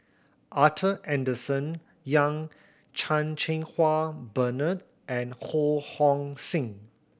Arthur Henderson Young Chan Cheng Wah Bernard and Ho Hong Sing